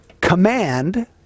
command